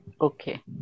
Okay